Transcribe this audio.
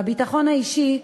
והביטחון האישי,